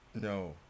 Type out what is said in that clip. No